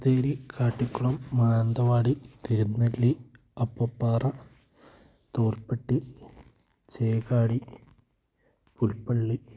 Atheri Kattikulam Mananthavady Thirunelli Appapara Tholpetty Chekadi Pulpally